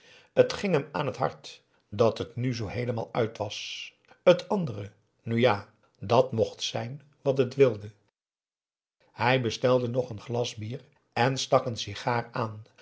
t ging hem aan het hart dat t nu zoo heelemaal uit was het andere nu ja dat mocht zijn wat het wilde hij bestelde nog een glas bier en stak n sigaar aan